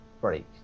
break